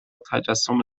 تجسم